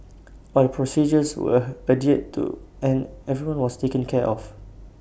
all procedures were adhered to and everyone was taken care of